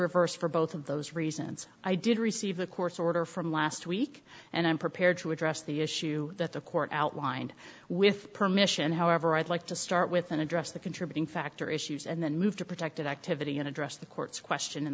reverse for both of those reasons i did receive the court's order from last week and i'm prepared to address the issue that the court outlined with permission however i'd like to start with and address the contributing factor issues and then move to protected activity and address the court's question in